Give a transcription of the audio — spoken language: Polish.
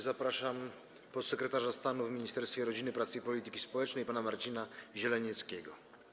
Zapraszam podsekretarza stanu w Ministerstwie Rodziny, Pracy i Polityki Społecznej pana Marcina Zielenieckiego.